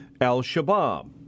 Al-Shabaab